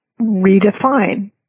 redefine